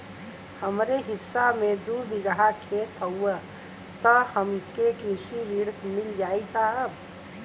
हमरे हिस्सा मे दू बिगहा खेत हउए त हमके कृषि ऋण मिल जाई साहब?